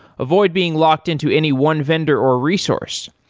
avoid being locked-in to any one vendor or resource.